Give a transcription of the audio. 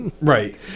right